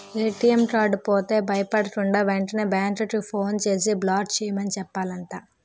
ATM card పోతే భయపడకుండా, వెంటనే బేంకుకి ఫోన్ చేసి బ్లాక్ చేయమని చెప్పాలట